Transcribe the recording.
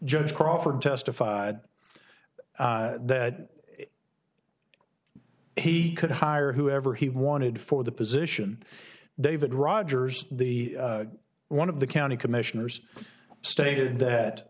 judge crawford testified that he could hire whoever he wanted for the position david rogers the one of the county commissioners stated that